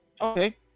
Okay